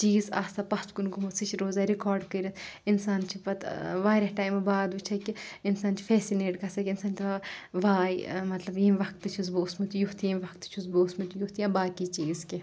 چیٖز آسان پَتھ کُن گۆمُت سُہ چھِ روزان رِکاڈ کٔرِتھ اِنسان چھِ پَتہٕ واریاہ ٹایمہٕ بعد وٕچھان کِہ اِنسان چھ فیسِنیٹ گژھان اِنسان چھِ دَپان واے مطلب ییٚمہِ وَقتہٕ چھُس بہٕ اوسمُت یُتھ ییٚمہِ وَقتہٕ چھُس بہٕ اوسمُت یُتھ یا باقٕے چیٖز کینٛہہ